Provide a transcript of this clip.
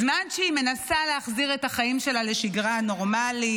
זמן שהיא מנסה להחזיר את החיים שלה לשגרה נורמלית.